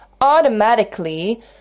automatically